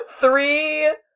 three